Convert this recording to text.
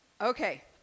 Okay